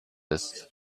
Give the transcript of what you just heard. ist